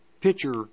pitcher